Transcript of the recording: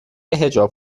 حجاب